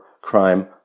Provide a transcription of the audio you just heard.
crime